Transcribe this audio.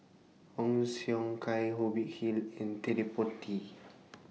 Ong Siong Kai Hubert Hill and Ted De Ponti